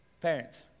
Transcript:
Parents